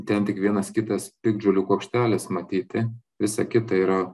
ten tik vienas kitas piktžolių kuokštelis matyti visa kita yra